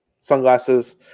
sunglasses